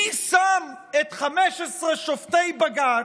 מי שם את 15 שופטי בג"ץ,